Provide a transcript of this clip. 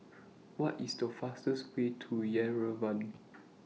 What IS The fastest Way to Yerevan